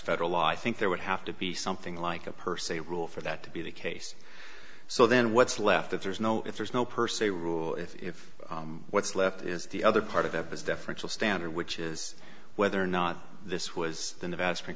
federal law i think there would have to be something like a per se rule for that to be the case so then what's left that there's no if there's no per se rule if if what's left is the other part of the deferential standard which is whether or not this was the nevada spring